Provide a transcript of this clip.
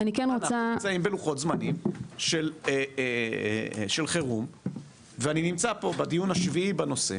אתם נמצאים בלוחות זמנים של חירום ואני נמצא פה בדיון השביעי בנושא,